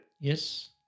Yes